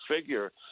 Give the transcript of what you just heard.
figure